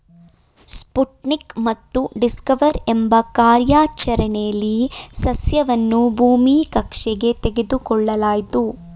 Sputnik ಮತ್ತು Discover ಎಂಬ ಕಾರ್ಯಾಚರಣೆಲಿ ಸಸ್ಯವನ್ನು ಭೂಮಿ ಕಕ್ಷೆಗೆ ತೆಗೆದುಕೊಳ್ಳಲಾಯ್ತು